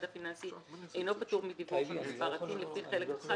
הפיננסי אינו פטור מדיווח על מספר ה-TIN לפי חלק I,